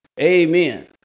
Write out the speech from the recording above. Amen